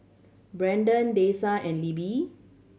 Brendan Dessa and Libby